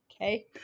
Okay